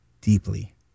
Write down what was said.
deeply